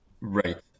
Right